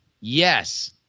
yes